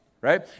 right